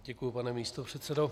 Děkuju, pane místopředsedo.